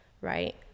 right